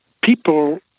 people